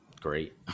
great